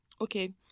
Okay